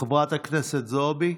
חברת הכנסת זועבי,